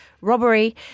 robbery